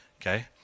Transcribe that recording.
okay